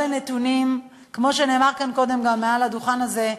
לנתונים, כמו שנאמר כאן קודם גם מעל הדוכן הזה,